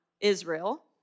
Israel